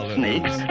snakes